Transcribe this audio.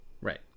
right